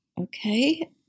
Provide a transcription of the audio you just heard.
Okay